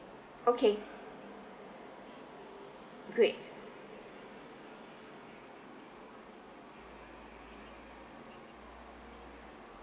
okay great